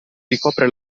ricopre